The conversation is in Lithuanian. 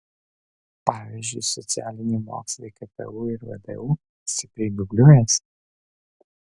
pavyzdžiui socialiniai mokslai ktu ir vdu stipriai dubliuojasi